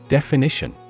Definition